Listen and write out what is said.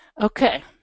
Okay